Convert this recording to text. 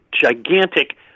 gigantic